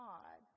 God